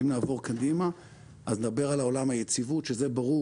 אם נעבור קדימה אז נדבר על עולם היציבות, שברור